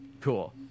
Cool